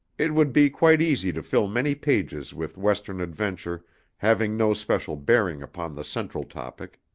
it would be quite easy to fill many pages with western adventure having no special bearing upon the central topic.